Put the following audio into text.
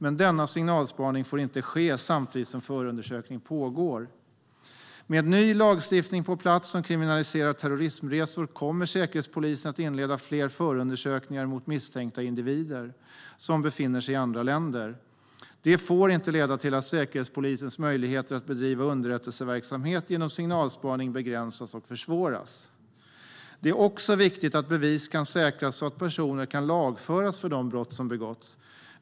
Men denna signalspaning får inte ske samtidigt som förundersökning pågår. Med ny lagstiftning på plats som kriminaliserar terrorismresor kommer Säkerhetspolisen att inleda fler förundersökningar mot misstänkta individer som befinner sig i andra länder. Det får inte leda till att Säkerhetspolisens möjligheter att bedriva underrättelseverksamhet genom signalspaning begränsas och försvåras. Det är också viktigt att bevis kan säkras så att personer kan lagföras för de brott som begåtts.